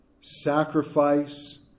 sacrifice